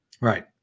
Right